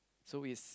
so is